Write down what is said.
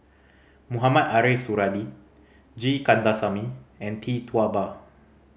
Mohamed Ariff Suradi G Kandasamy and Tee Tua Ba